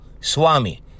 Swami